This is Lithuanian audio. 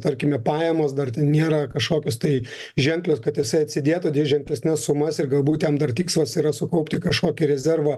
tarkime pajamos dar ten nėra kažkokios tai ženklios kad jisai atsidėtų dviženklesnes sumas ir galbūt jam dar tikslas yra sukaupti kažkokį rezervą